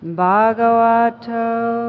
bhagavato